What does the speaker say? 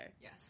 Yes